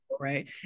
right